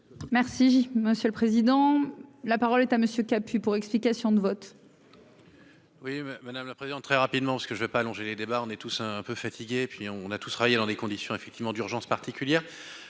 Merci monsieur le président, la parole est à monsieur kaput pour explication de vote. Clair. Oui, madame la présidente, très rapidement, ce que je veux pas allonger les débats, on est tous un peu fatigué et puis on a tous travaillé dans des conditions effectivement d'urgence particulière,